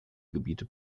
gebiete